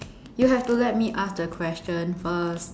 you have to let me ask the question first